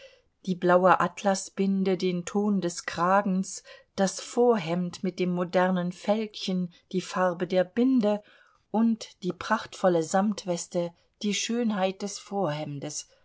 die blaue atlasbinde den ton des kragens das vorhemd mit dem modernen fältchen die farbe der binde und die prachtvolle samtweste die schönheit des